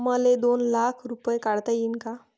मले दोन लाख रूपे काढता येईन काय?